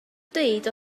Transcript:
dweud